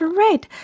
right